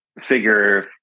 figure